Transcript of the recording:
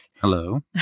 Hello